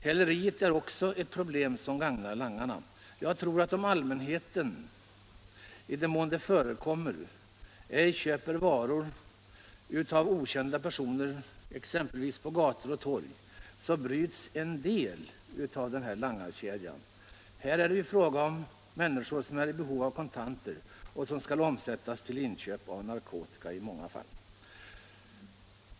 Häleriet är också någonting som gagnar langarna. Jag tror att om allmänheten, i den mån det förekommer, ej köper varor av okända personer, exempelvis på gator och torg, så bryts en del av langarkedjan. Det är fråga om människor som är i behov av kontanter som skall omsättas till inköp av narkotika i många fall.